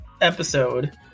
episode